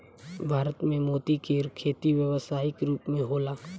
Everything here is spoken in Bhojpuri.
भारत में मोती के खेती व्यावसायिक रूप होला